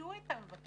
ביקשו את המבקר